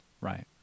Right